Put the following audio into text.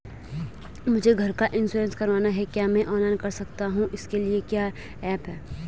मुझे घर का इन्श्योरेंस करवाना है क्या मैं ऑनलाइन कर सकता हूँ इसके लिए कोई ऐप है?